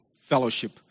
fellowship